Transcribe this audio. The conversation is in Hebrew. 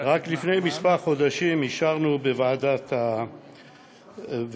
רק לפני כמה חודשים אישרנו בוועדת הבריאות